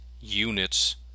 units